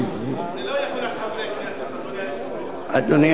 זה לא יחול על חברי כנסת, אדוני היושב-ראש.